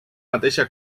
mateixa